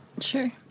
Sure